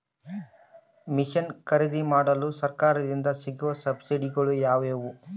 Mission ಖರೇದಿಮಾಡಲು ಸರಕಾರದಿಂದ ಸಿಗುವ ಸಬ್ಸಿಡಿಗಳು ಯಾವುವು?